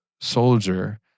soldier